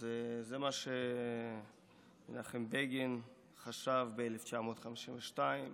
זה מה שמנחם בגין חשב ב-1952.